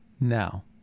now